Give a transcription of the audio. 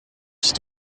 suis